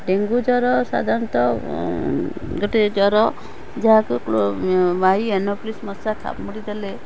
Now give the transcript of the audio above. dengue ଜ୍ୱର ସାଧାରଣତଃ ଗୋଟେ ଜ୍ୱର ଯାହାକୁ ମାଈ ଏନଫିଲିଶ୍ ମଶା କାମୁଡ଼ିଦେଲେ